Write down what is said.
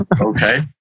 okay